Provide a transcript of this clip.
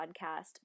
podcast